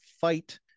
fight